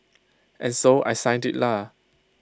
and so I signed IT lah